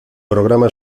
programa